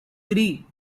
three